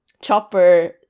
Chopper